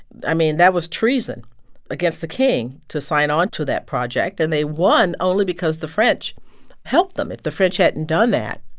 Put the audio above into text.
i mean, that was treason against the king to sign onto that project. and they won only because the french helped them. if the french hadn't done that,